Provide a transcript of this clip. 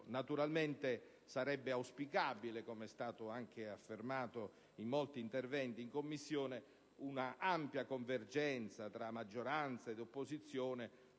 Naturalmente sarebbe auspicabile, come è stato anche affermato in molti interventi in Commissione, un'ampia convergenza tra le forze di maggioranza e di opposizione